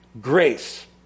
Grace